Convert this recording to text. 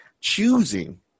choosing